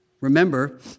Remember